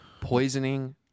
Poisoning